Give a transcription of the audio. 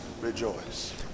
Rejoice